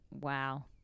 Wow